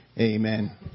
Amen